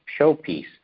showpiece